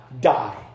die